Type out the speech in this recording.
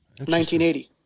1980